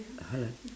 hold on